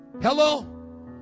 Hello